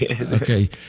Okay